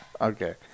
Okay